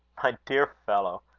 my dear fellow!